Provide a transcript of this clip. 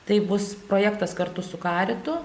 tai bus projektas kartu su karitu